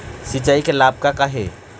सिचाई के लाभ का का हे?